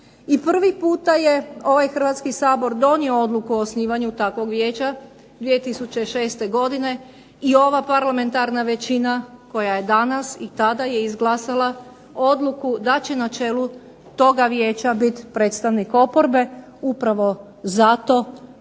I prvi puta je ovaj Hrvatski sabor donio odluku o osnivanju takvog vijeća 2006. godine i ova parlamentarna većina koja je danas i tada je izglasala odluku da će na čelu toga vijeća biti predstavnik oporbe, upravo zato da